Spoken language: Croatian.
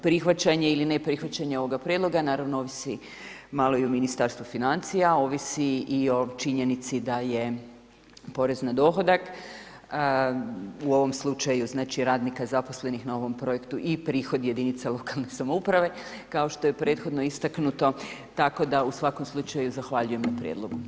Prihvaćanje ili ne prihvaćanje ovoga prijedloga naravno ovisi malo i o Ministarstvu financija, ovisi i o činjenici da je porez na dohodak u ovom slučaju radnika zaposlenih na ovom projektu i prihod jedinica lokalne samouprave kao što je prethodno istaknuto, tako da u svakom slučaju zahvaljujem na prijedlogu.